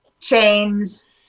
Chains –